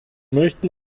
möchten